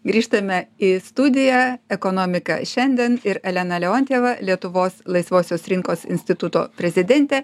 grįžtame į studiją ekonomika šiandien ir elena leontjeva lietuvos laisvosios rinkos instituto prezidentė